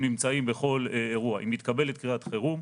נמצאים בכל אירוע - אם מתקבלת קריאת חירום,